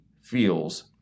feels